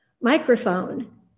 microphone